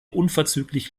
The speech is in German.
unverzüglich